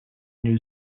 new